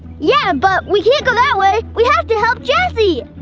yeah, but we can't go that way. we have to help jazzy!